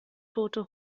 tote